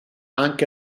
anche